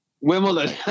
wimbledon